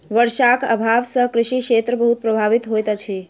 वर्षाक अभाव सॅ कृषि क्षेत्र बहुत प्रभावित होइत अछि